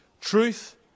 Truth